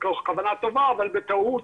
מתוך כוונה טובה אבל בטעות,